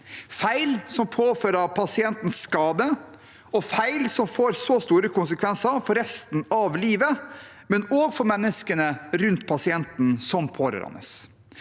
feil som påfører pasienten skade, og feil som medfører store konsekvenser for resten av livet, òg for menneskene rundt pasienten, som pårørende.